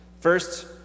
First